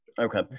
Okay